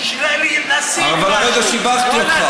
אבל הרגע שיבחתי אותך.